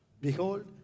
Behold